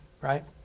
right